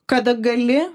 kada gali